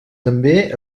també